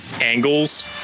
angles